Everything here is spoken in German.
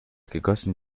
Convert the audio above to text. gegossen